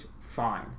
fine